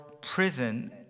prison